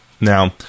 Now